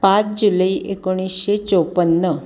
पाच जुलै एकोणीशे चौपन्न